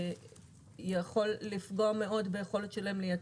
יכול לפגוע מאוד ביכולת שלהם לייצא.